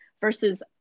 versus